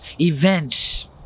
events